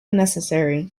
unnecessary